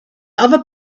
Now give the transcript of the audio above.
other